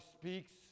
speaks